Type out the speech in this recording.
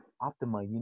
optima